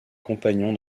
compagnon